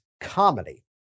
comedy